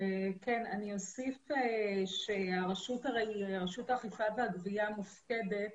אני אוסיף שרשות האכיפה והגבייה מופקדת